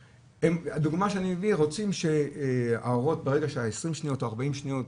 הדוגמה שאני מביא, ברגע ש-20 או 40 שניות